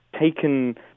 taken